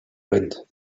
wind